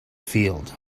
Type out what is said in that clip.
field